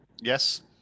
yes